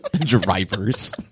Drivers